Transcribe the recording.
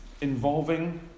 involving